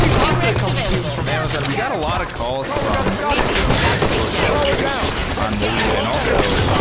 we talked to a couple of people from amazon. we got a lot of calls from commercial open source vendors on what we do. and also,